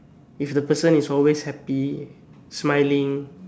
if the person is always happy smiling